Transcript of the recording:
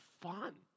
fun